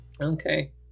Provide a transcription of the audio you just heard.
okay